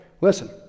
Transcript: listen